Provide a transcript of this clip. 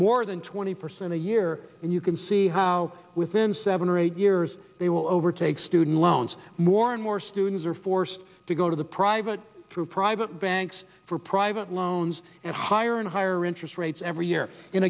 more than twenty percent a year and you can see how within seven or eight years they will overtake student loans more and more students are forced to go to the private through private banks for private loans and higher and higher interest rates every year